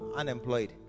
unemployed